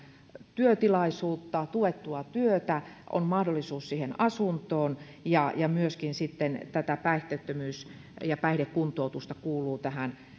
työtilaisuutta ja tuettua työtä ja on mahdollisuus siihen asuntoon ja ja myöskin sitten tätä päihteettömyys ja päihdekuntoutusta kuuluu tähän